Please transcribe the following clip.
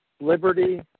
liberty